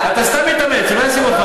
ולא עלי,